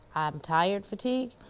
i'm tired, fatigue.